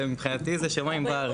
מבחינתי זה שמיים וארץ.